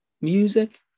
music